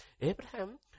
Abraham